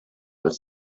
els